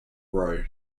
row